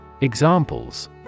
Examples